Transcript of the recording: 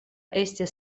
estis